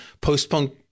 post-punk